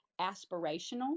aspirational